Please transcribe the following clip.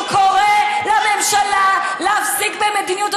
הוא קורא לממשלה להפסיק את מדיניות,